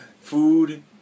food